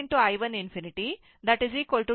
6 volt ಆಗಿರುತ್ತದೆ